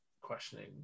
questioning